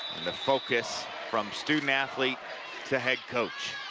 and the focus from student athlete to head coach.